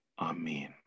Amen